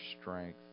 strength